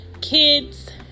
Kids